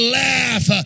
laugh